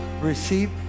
receive